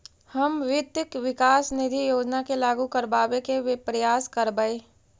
हम वित्त विकास निधि योजना के लागू करबाबे के प्रयास करबई